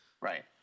Right